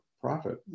profit